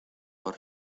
por